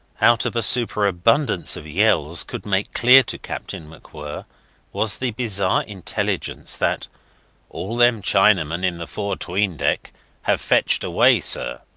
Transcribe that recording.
out of a superabundance of yells, could make clear to captain macwhirr was the bizarre intelligence that all them chinamen in the fore tween deck have fetched away, sir.